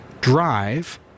drive